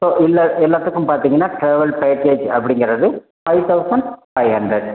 so இல்லை எல்லாத்துக்கும் பார்த்தீங்கன்னா ட்ராவல் பேக்கேஜ் அப்படிங்குறது ஃபைவ் தௌசண்ட் ஃபைவ் ஹண்ட்ரட்